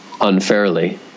unfairly